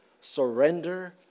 surrender